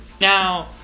now